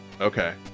Okay